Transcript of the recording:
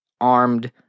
armed